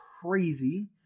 crazy